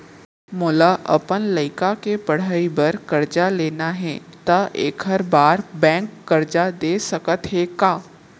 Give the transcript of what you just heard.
मोला अपन लइका के पढ़ई बर करजा लेना हे, त एखर बार बैंक करजा दे सकत हे का?